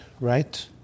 right